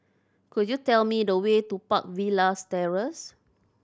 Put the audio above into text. could you tell me the way to Park Villas Terrace